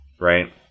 Right